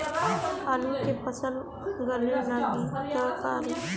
आलू के फ़सल गले लागी त का करी?